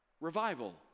revival